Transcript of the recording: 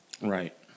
Right